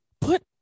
Put